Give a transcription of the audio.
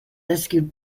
rescued